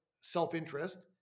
self-interest